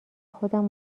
خودم